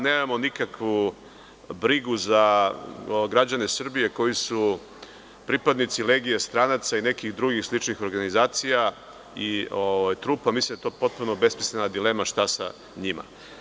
Nemamo nikakvu brigu za građane Srbije koji su pripadnici Legije stranaca i nekih drugih sličnih organizacija i trupa i mislim da je to potpuno besmislena dilema šta sa njima.